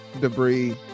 debris